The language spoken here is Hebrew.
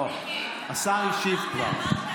לא, השר כבר השיב.